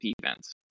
defense